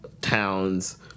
towns